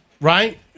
right